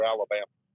Alabama